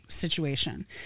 situation